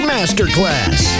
Masterclass